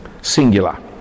singular